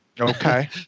Okay